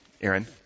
Aaron